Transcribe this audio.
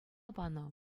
панӑ